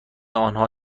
آنها